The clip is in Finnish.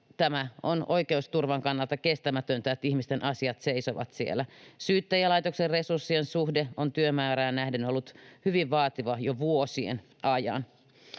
tämä on oikeusturvan kannalta kestämätöntä, että ihmisten asiat seisovat siellä. Syyttäjälaitoksen resurssien suhde on työmäärään nähden ollut hyvin vaativa jo vuosien ajan.